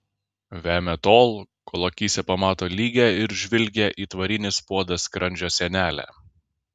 vemia tol kol akyse pamato lygią ir žvilgią it varinis puodas skrandžio sienelę